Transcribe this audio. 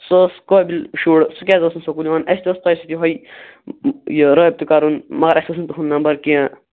سُہ اوس قٲبِل شُر سُہ کیٛازِ اوس نہٕ سکوٗل یِوان اسہِ تہِ اوس تۄہہِ سۭتۍ یِہےَ یہِ رٲبِطہٕ کَرُن مگر اسہِ اوس نہٕ تُہُنٛد نَمبر کیٚنٛہہ